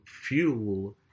fuel